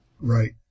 Right